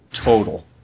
total